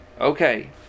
Okay